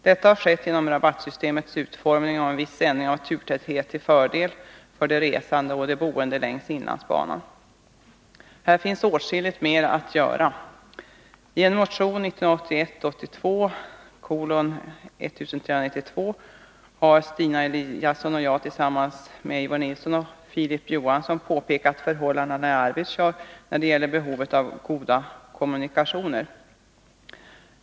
Detta har åstadkommits genom rabattsystemets utformning och en viss ändring av turtätheten till fördel för de resande och dem som bor längs Inlandsbanan. Men här finns åtskilligt mer att göra. I motion 1981/82:1392 har Stina Eliasson och jag tillsammans med Eivor Nilson och Filip Johansson pekat på förhållandena i Arvidsjaur när det gäller behovet av goda kommunikationer.